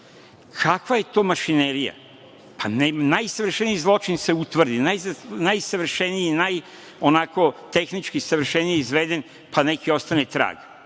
Kakva je to mašinerija? Pa i najsavršeniji zločin se utvrdi, najsavršeniji i naj, onako, tehnički savršeniji pa neki ostane trag,